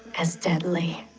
as deadly.